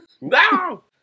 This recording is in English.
No